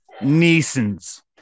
Neeson's